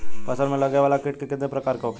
फसल में लगे वाला कीट कितने प्रकार के होखेला?